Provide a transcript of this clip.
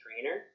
trainer